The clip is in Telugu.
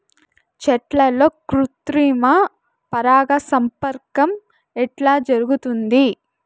చెట్లల్లో కృత్రిమ పరాగ సంపర్కం ఎట్లా జరుగుతుంది?